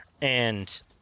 and-